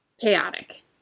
chaotic